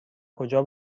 کجا